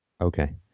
Okay